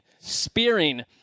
spearing